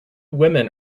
women